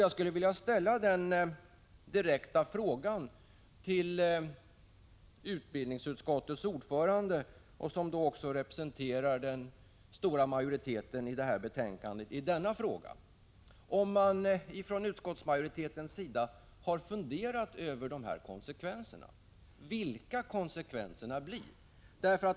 Jag skulle vilja ställa frågan direkt till utbildningsutskottets ordförande, som också representerar majoriteten i denna fråga: Har utskottsmajoriteten funderat över vilka konsekvenserna blir?